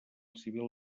civil